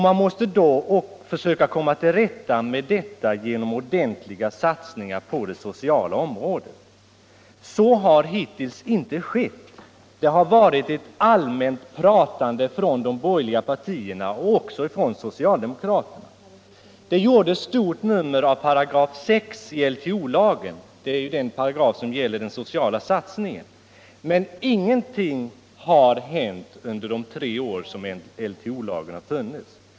Man måste då försöka komma till rätta med dessa genom ordentliga satsningar på det sociala området. Så har hittills inte skett. Det har varit ett allmänt pratande från de borgerliga partierna och från socialdemokraterna. Det gjordes stort nummer av 6 § i LTO, den paragraf som gäller den sociala satsningen, men ingenting har hänt under de tre år som LTO har funnits.